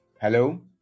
Hello